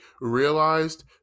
realized